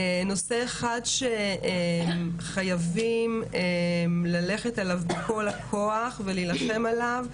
נושא אחד שחייבים ללכת עליו בכל הכוח ולהילחם עליו,